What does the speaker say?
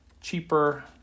cheaper